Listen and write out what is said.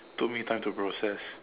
took me time to process